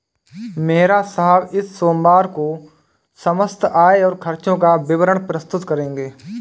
मेहरा साहब इस सोमवार को समस्त आय और खर्चों का विवरण प्रस्तुत करेंगे